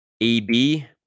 AB